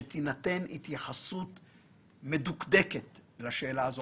שתינתן התייחסות מדוקדקת לשאלה הזאת,